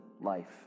life